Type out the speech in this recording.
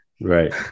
Right